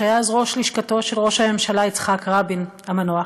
שהיה אז ראש לשכתו של ראש הממשלה יצחק רבין המנוח,